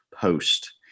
post